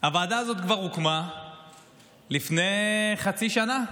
הוועדה הזאת כבר הוקמה לפני חצי שנה.